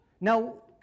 Now